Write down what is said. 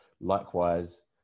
Likewise